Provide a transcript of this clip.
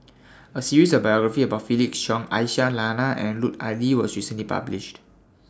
A series of biographies about Felix Cheong Aisyah Lyana and Lut Ali was recently published